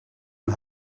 een